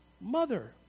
Mother